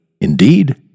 indeed